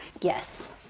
Yes